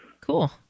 Cool